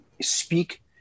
speak